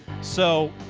so